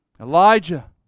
Elijah